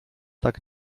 tak